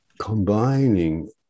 combining